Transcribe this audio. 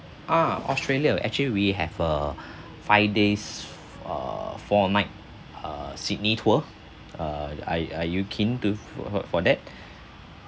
ah australia actually we have a five days err four night err sydney tour err are are you keen to f~ for that